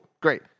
Great